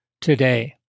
today